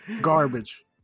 Garbage